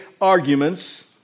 arguments